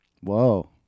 Whoa